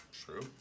True